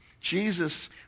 Jesus